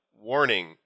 warning